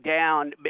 down